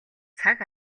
цаг